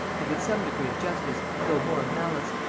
and with some degree of justice though more of malice,